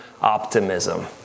optimism